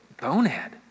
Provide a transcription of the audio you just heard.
bonehead